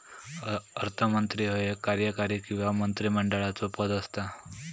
अर्थमंत्री ह्यो एक कार्यकारी किंवा मंत्रिमंडळाचो पद असता